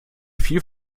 viel